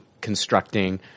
constructing